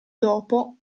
dopo